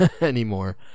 anymore